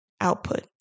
output